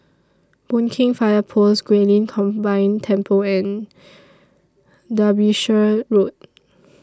Boon Keng Fire Post Guilin Combined Temple and Derbyshire Road